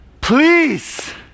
please